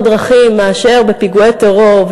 דרכים יותר חיי אדם מאשר בפיגועי טרור,